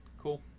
cool